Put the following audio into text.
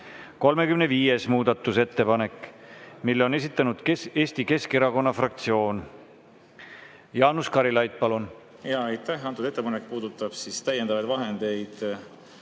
35. muudatusettepanek. Selle on esitanud Eesti Keskerakonna fraktsioon. Jaanus Karilaid, palun! Aitäh! Antud ettepanek puudutab täiendavaid vahendeid